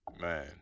Man